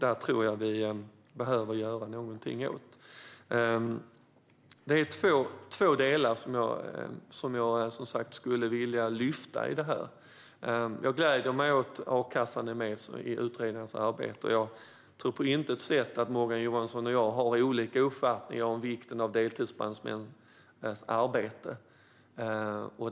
Detta tror jag att vi behöver göra någonting åt. Det här är två delar som jag skulle vilja lyfta fram i detta. Jag gläder mig åt att a-kassan är med i utredningens arbete, och jag tror på intet sätt att Morgan Johansson och jag har olika uppfattningar om vikten av deltidsbrandmännens arbete.